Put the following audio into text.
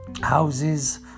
houses